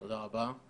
תודה רבה.